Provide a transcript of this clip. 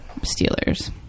Steelers